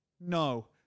no